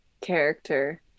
character